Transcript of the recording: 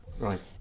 Right